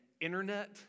internet